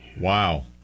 Wow